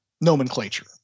nomenclature